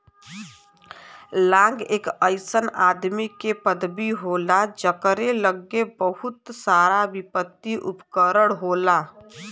लांग एक अइसन आदमी के पदवी होला जकरे लग्गे बहुते सारावित्तिय उपकरण होला